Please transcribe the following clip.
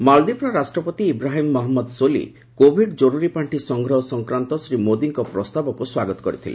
ମାଳଦ୍ୱୀପର ରାଷ୍ଟ୍ରପତି ଇବ୍ରାହିମ୍ ମହମ୍ମଦ ସୋଲି କୋଭିଡ୍ କରୁରୀ ପାଣ୍ଡି ସଂଗ୍ରହ ସଂକ୍ରାନ୍ତ ଶ୍ରୀ ମୋଦିଙ୍କ ପ୍ରସ୍ତାବକୁ ସ୍ୱାଗତ କରିଥିଲେ